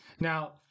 Now